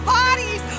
bodies